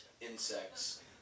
insects